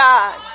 God